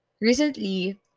recently